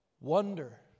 wonder